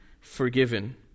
forgiven